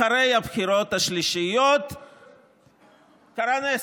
אחרי הבחירות השלישיות קרה נס,